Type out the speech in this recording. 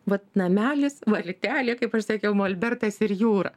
vat namelis valtelė kaip aš sakiau molbertas ir jūra